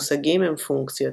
מושגים הם פונקציות,